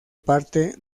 parte